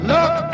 Look